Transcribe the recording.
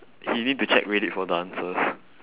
he need to check reddit for the answers